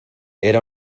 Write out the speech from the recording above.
era